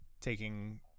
taking